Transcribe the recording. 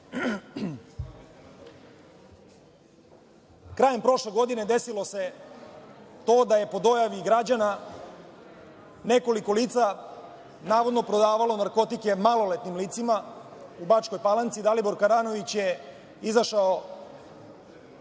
fioci? Krajem prošle godine desilo se to da je po dojavi građana nekoliko lica navodno prodavalo narkotike maloletnim licima u Bačkoj Palanci. Dalibor Karanović je izašao